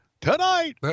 Tonight